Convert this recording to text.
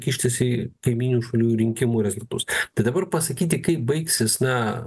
kištis į kaimynių šalių rinkimų rezultatus tai dabar pasakyti kaip baigsis na